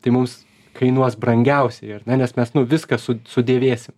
tai mums kainuos brangiausiai ar ne nes mes nu viską su sudėvėsim